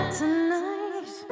tonight